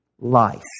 life